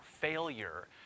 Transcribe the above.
failure